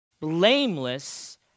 blameless